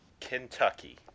Kentucky